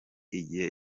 igihe